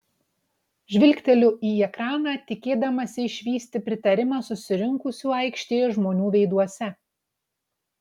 žvilgteliu į ekraną tikėdamasi išvysti pritarimą susirinkusių aikštėje žmonių veiduose